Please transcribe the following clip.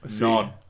none